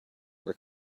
were